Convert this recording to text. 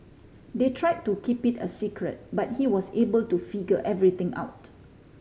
they try to keep it a secret but he was able to figure everything out